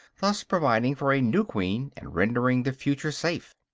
thus providing for a new queen and rendering the future safe.